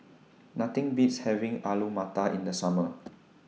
Nothing Beats having Alu Matar in The Summer